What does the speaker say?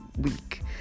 week